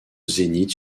zénith